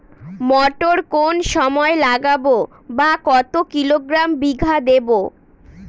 মটর কোন সময় লাগাবো বা কতো কিলোগ্রাম বিঘা দেবো?